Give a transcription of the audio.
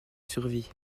survie